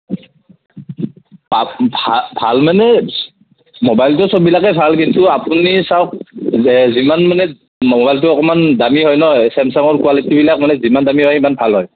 ভাল মানে ম'বাইলটো চব বিলাকে ভাল কিন্তু আপুনি চাওঁক যে যিমান মানে ম'বাইলটো অকণমান দামী হয় ন চেমচাঙৰ কোৱালিটি বিলাক মানে যিমান দামী হয় সিমান ভাল হয়